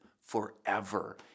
forever